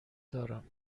دارم